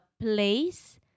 place